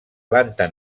planta